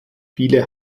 viele